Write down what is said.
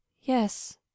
Yes